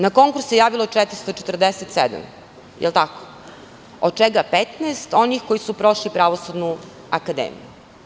Na konkurs se javilo 447, da li je tako, od čega 15 onih koji su prošli Pravosudnu akademiju?